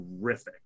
terrific